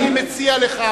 אני מציע לך,